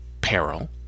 peril